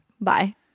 bye